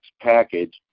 package